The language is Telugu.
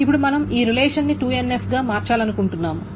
ఇప్పుడు మనం ఈ రిలేషన్ ని 2NF గా మార్చాలనుకుంటున్నాము